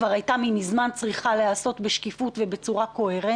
כבר מזמן הייתה צריכה להיעשות בשקיפות וקוהרנטיות.